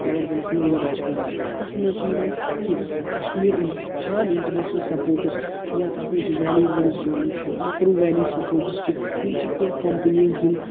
فَروغ دِنَس منٛز مَدد چھِ کَران تَتھ منٛز چھِ یِوان کِس کَشمیٖر خان اِنٹَرنیشنَل سَپوٹٕس یا تَتھ منٛز چھ ویلی وُڈٕز یِوان مَکروٗ ویلی سَپوٹٕس چھ یِم چھِ کیٚنٛہہ کَمپٕنیٖز یِم